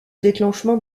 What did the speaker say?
déclenchement